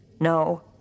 No